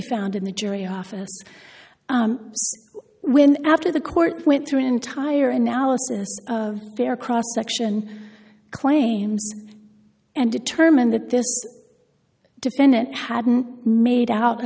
found in the jury office when after the court went through an entire analysis of their cross section claims and determined that this defendant hadn't made out a